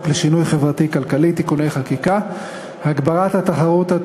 לשינוי חברתי כלכלי (תיקוני חקיקה) (הגברת התחרות),